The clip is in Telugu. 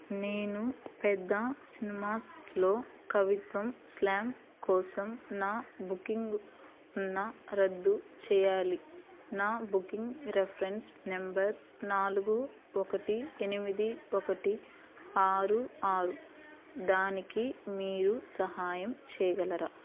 నేను పెద్ద సినిమాస్లో కవిత్వం స్లామ్ కోసం నా బుకింగ్ రద్దు చేయాలి నా బుకింగ్ రిఫరెన్స్ నెంబర్ నాలుగు ఒకటి ఎనిమిది ఒకటి ఆరు ఆరు దానికి మీరు సహాయం చేయగలరా